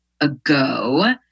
ago